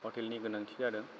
हटेलनि गोनांथि जादों